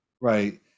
Right